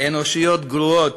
אנושיות גרועות,